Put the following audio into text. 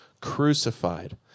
crucified